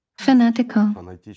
Fanatical